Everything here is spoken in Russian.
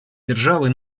державы